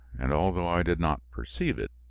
and, although i did not perceive it,